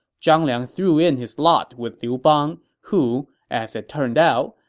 zhang liang threw in his lot with liu bang, who, as it turned out,